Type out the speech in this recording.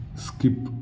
skip